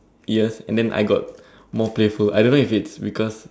years and then I got more playful I don't know if it's because